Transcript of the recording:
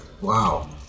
Wow